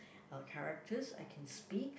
uh characters I can speak